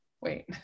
wait